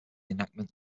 enactment